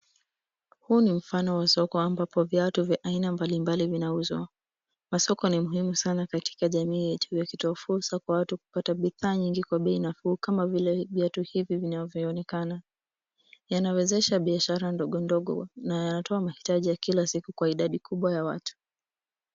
Huu ni mfano wa soko ambapo viatu vya aina mbalimbali vinauzwa. Masoko ni muhimu katika jamii yetu yakitoa fursa kwa watu kupata bidhaa nyingi kwa bei nafuu kama vile viatu hivi vinavyoonekana. Yanawezesha biashara ndogo ndogo na inatoa mahitaji ya kila siku kwa idadi kubwa ya watu.